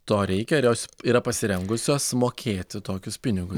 to reikia ar jos yra pasirengusios mokėti tokius pinigus